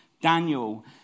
Daniel